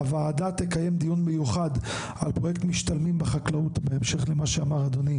הוועדה תקיים דיון מיוחד על משתלמים לחקלאות בהמשך למה שאמר אדוני